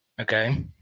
Okay